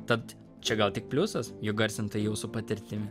tad čia gal tik pliusas jog garsintojai jau su patirtimi